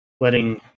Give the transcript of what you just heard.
Letting